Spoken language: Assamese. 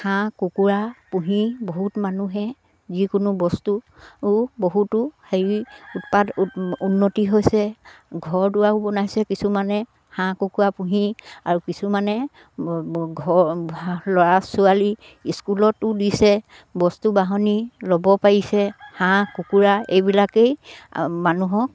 হাঁহ কুকুৰা পুহি বহুত মানুহে যিকোনো বস্তু বহুতো হেৰি উৎপাত উন্নতি হৈছে ঘৰ দুৱাৰো বনাইছে কিছুমানে হাঁহ কুকুৰা পুহি আৰু কিছুমানে ঘৰ ল'ৰা ছোৱালী স্কুলতো দিছে বস্তু বাহানি ল'ব পাৰিছে হাঁহ কুকুৰা এইবিলাকেই মানুহক